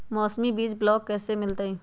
मौसमी बीज ब्लॉक से कैसे मिलताई?